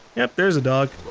yup there's a dog.